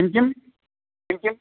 किं किं किं किं